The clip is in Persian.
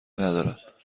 ندارد